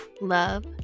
love